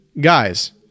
guys